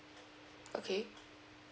okay